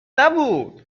نبود